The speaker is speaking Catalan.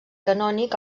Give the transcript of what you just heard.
canònic